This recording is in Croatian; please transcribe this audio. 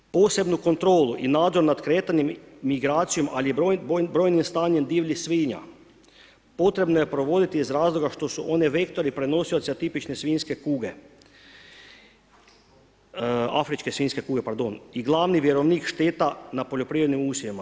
Posebnu kontrolu i nadzor nad kretanjem, migracijom ali i brojnim stanjem divljih svinja potrebno je provoditi iz razloga što su one vektori, prenosioci atipične svinjske kuge, afričke svinjske kuge, pardon i glavni vjerovnik šteta na poljoprivrednim usjevima.